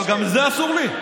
אבל גם זה אסור לי?